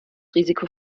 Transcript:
risiko